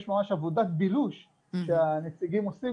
יש ממש עבודת בילוש שהנציגים עושים